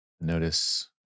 notice